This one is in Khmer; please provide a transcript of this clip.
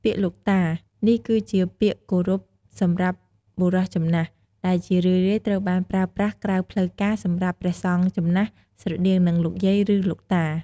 ពាក្យ លោកតា នេះគឺជាពាក្យគោរពសម្រាប់បុរសចំណាស់ ដែលជារឿយៗត្រូវបានប្រើប្រាស់ក្រៅផ្លូវការសម្រាប់ព្រះសង្ឃចំណាស់ ស្រដៀងនឹង "លោកយាយ" ឬ "លោកតា"។